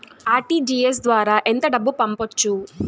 RTGS ద్వారా ఎంత డబ్బు పంపొచ్చు?